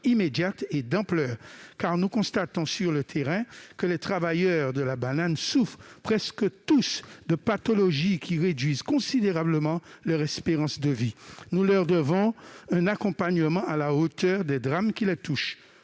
immédiate et d'ampleur, car nous constatons sur le terrain que les travailleurs de la banane souffrent presque tous de pathologies qui réduisent considérablement leur espérance de vie. Nous leur devons un accompagnement à la hauteur des drames qui les touchent.